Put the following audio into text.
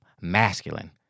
masculine